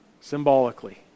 Symbolically